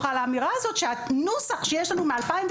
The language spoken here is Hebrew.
על האמירה הזאת שהנוסח שיש לנו מ-2018,